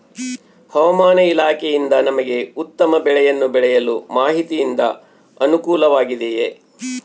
ಹವಮಾನ ಇಲಾಖೆಯಿಂದ ನಮಗೆ ಉತ್ತಮ ಬೆಳೆಯನ್ನು ಬೆಳೆಯಲು ಮಾಹಿತಿಯಿಂದ ಅನುಕೂಲವಾಗಿದೆಯೆ?